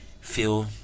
feel